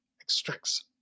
extracts